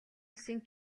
улсын